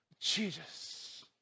Jesus